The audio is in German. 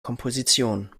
komposition